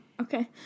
okay